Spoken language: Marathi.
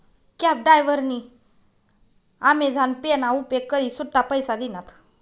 कॅब डायव्हरनी आमेझान पे ना उपेग करी सुट्टा पैसा दिनात